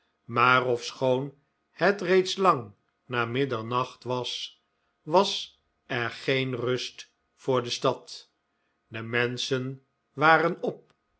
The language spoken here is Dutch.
maar ofschoon het reeds lang na middernacht was was er geen rust voor de stad de menschen waren op